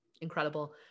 incredible